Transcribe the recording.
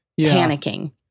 panicking